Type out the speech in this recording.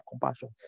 compassion